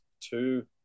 two